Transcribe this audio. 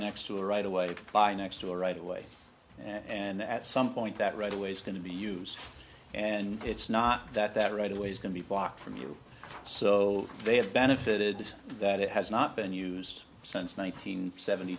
next to a right away by next door right away and at some point that right away is going to be used and it's not that that right away is going to block from you so they have benefited that it has not been used since